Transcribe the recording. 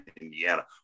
Indiana